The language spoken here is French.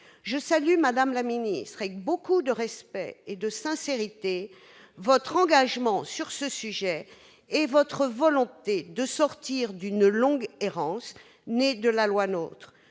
Je salue, madame la ministre, avec beaucoup de respect et de sincérité, votre engagement sur ce sujet ... À juste titre !... et votre volonté de sortir d'une longue errance née de la loi NOTRe.